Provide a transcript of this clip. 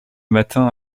matin